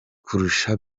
kurusha